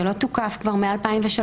שלא תוקף כבר מ-2003,